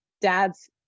Dads